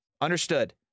Understood